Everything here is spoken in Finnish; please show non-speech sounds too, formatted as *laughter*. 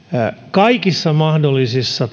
kaikissa mahdollisissa *unintelligible*